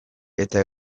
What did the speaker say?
eta